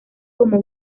como